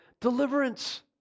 deliverance